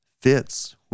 fits